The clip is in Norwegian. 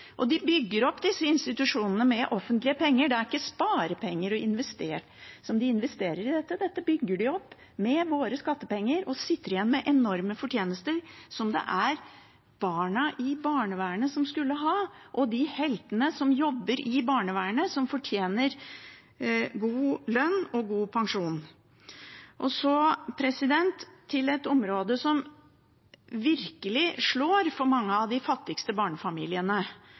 sparepenger de investerer i dette. Dette bygger de opp med våre skattepenger, og de sitter igjen med en enorm fortjeneste som barna under barnevernet skulle hatt og heltene som jobber i barnevernet, som fortjener god lønn og god pensjon. Så til et område som virkelig slår for mange av de fattigste barnefamiliene